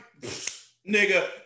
nigga